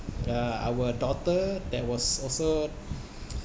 uh our daughter that was also